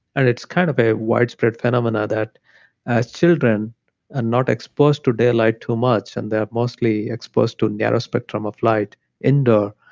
and it's kind of a widespread phenomena that ah children are ah not exposed to daylight too much. and they're mostly exposed to narrow spectrum of light indoor.